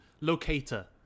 locator